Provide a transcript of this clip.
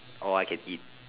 all I can eat